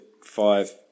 five